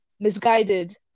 misguided